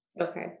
Okay